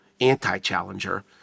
anti-challenger